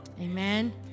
Amen